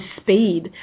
speed